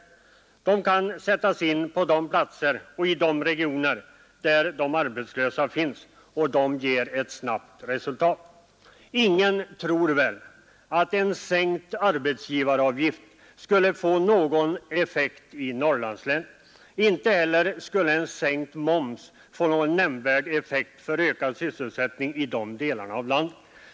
Sådana kan sättas in på de platser och i de regioner där de arbetslösa finns, och de ger ett snabbt resultat. Ingen tror väl att en sänkt arbetsgivaravgift skulle få någon motsvarande effekt i norrlandslänen. Inte heller skulle en sänkt moms få någon nämnvärd effekt för ökad sysselsättning i de delarna av landet.